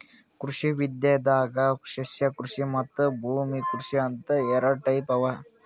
ಕೃಷಿ ವಿದ್ಯೆದಾಗ್ ಸಸ್ಯಕೃಷಿ ಮತ್ತ್ ಭೂಮಿ ಕೃಷಿ ಅಂತ್ ಎರಡ ಟೈಪ್ ಅವಾ